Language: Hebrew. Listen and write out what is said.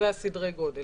זה סדר הגודל.